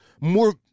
more